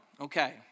okay